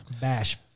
bash